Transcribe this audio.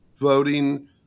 voting